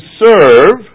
serve